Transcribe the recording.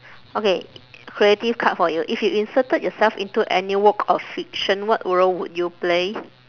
okay creative card for you if you inserted yourself into any work of fiction what role would you play